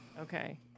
Okay